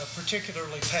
particularly